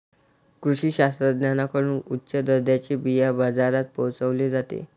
कृषी शास्त्रज्ञांकडून उच्च दर्जाचे बिया बाजारात पोहोचवले जाते